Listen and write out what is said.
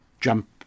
jump